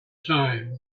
time